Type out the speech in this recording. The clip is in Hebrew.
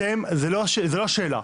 אתם, זו לא השאלה,